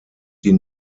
die